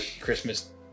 Christmas